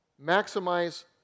maximize